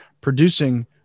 producing